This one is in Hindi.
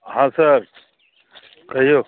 हाँ सर कहियो